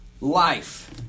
Life